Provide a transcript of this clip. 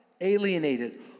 alienated